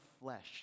flesh